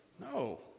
No